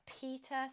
peter